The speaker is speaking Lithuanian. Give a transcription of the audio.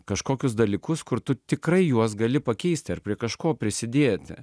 kažkokius dalykus kur tu tikrai juos gali pakeisti ar prie kažko prisidėti